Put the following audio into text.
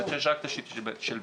שיש רק את התשתית של בזק.